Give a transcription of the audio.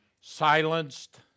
Silenced